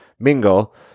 Mingle